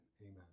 Amen